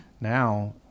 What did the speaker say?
Now